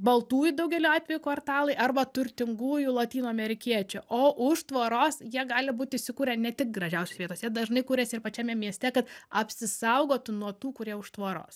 baltųjų daugeliu atvejų kvartalai arba turtingųjų lotynų amerikiečių o už tvoros jie gali būt įsikūrę ne tik gražiausios vietose jie dažnai kuriasi ir pačiame mieste kad apsisaugotų nuo tų kurie už tvoros